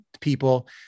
people